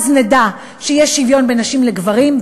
אז נדע שיש שוויון בין נשים לגברים,